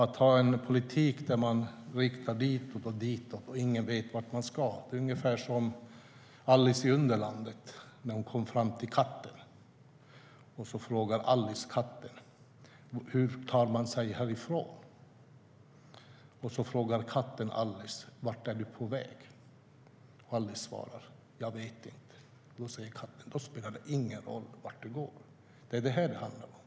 Att ha en politik som riktar sig än hitåt, än ditåt och där ingen vet vart man ska är lite som när Alice i Alice i U nderlandet kommer fram till katten och frågar: Hur tar man sig härifrån? Katten frågar Alice: Vart är du på väg? Alice svarar: Jag vet inte. Då säger katten: Då spelar det ingen roll vart du går. Det är detta det handlar om.